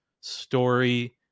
story